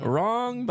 Wrong